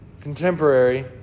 contemporary